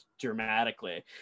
dramatically